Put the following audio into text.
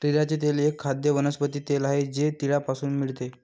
तिळाचे तेल एक खाद्य वनस्पती तेल आहे जे तिळापासून मिळते